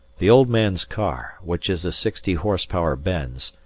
the old man's car, which is a sixty horse-power benz,